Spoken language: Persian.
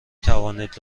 توانید